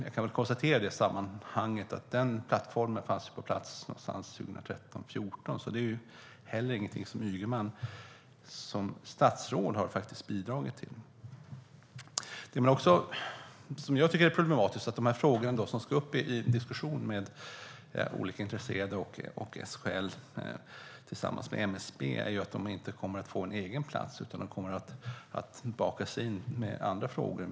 Jag kan väl i det sammanhanget konstatera att den plattformen fanns på plats någon gång 2013 eller 2014. Det är alltså inte heller någonting som Ygeman som statsråd har bidragit till. Det som jag tycker är problematiskt är att de frågor som ska upp till diskussion med olika intresserade och SKL tillsammans med MSB inte kommer att få en egen plats, utan de kommer att bakas in i andra frågor.